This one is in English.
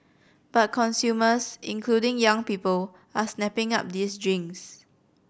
but consumers including young people are snapping up these drinks